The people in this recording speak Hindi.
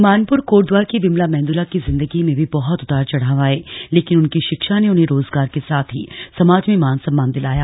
मानपुर कोटद्वार की विमला मेंदोला की जिंदगी में भी बहुत उतार चढ़ाव आये लेकिन उनकी शिक्षा ने उन्हें रोजगार के साथ ही समाज में मान सम्मान दिलाया